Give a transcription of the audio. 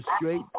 Straight